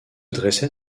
dressait